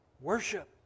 worship